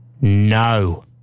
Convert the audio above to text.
No